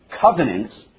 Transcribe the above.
covenants